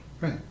right